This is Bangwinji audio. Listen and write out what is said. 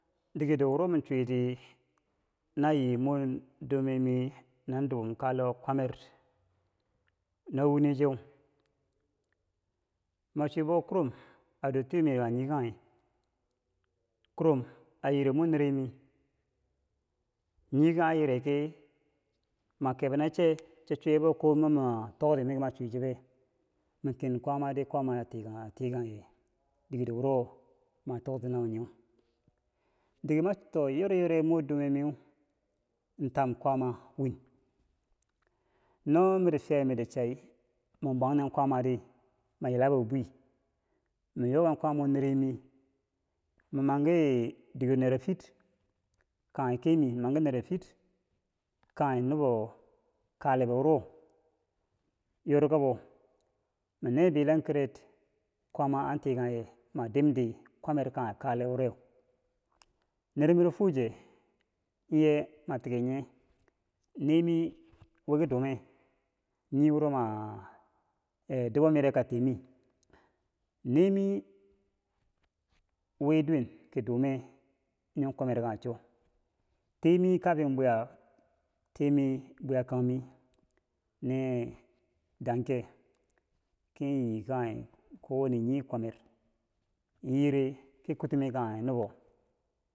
dikedo wuro ma chwiti na yii mor dumemi nan dubom kale wo kwamet na wine che min chwibo kurum a do tiber miir kanghe nii kanghe kurom a yire mor neremi nikanghe a yire ki mo kebo na che cho chwiyebo ko moma ma tokti mi kebo na che mi ken kwaamati kwaam a tikangye digero wuro ma toti nawonye diker ma too yoryare mor dumemiyeu tam kwaama win no miti fiyai miti chai bwengten kwaamati ma yilabo bwi mi yoken kwaama mor neremi mi manki diker nero fit kanghe kemi, mi manki nero kanghe nubo kale wuro yorikabo man ne bilenker kwaama an tikanghe ma dimti kwamer kanghe kale wureu ner miro fuwoje ye ma tiki nye nemi wi ki dume nii wuro ma-- dubom yere ka temi nemi wii duwen ki dume nyo kwamer kanghe cho teemi kafi bwiya teemi bwiya kang miki nee danke ki yii kanghe kowane nii kwamer ln yireki kutome kanghe nubo.